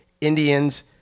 Indians